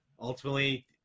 ultimately